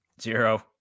Zero